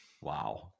Wow